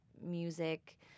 music